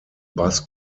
bass